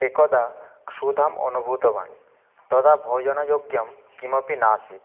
एकदा क्षुधाम् अनुभूतवान् तदा भोजनयोग्यं किमपि नासीत्